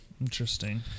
Interesting